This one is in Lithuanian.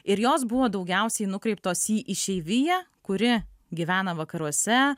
ir jos buvo daugiausiai nukreiptos į išeiviją kuri gyvena vakaruose